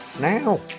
now